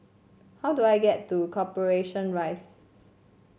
how do I get to Corporation Rise